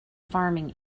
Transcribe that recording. farming